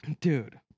Dude